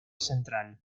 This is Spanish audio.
central